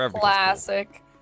Classic